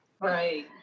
Right